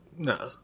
No